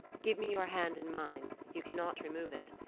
give me your hand in mine. you cannot remove it.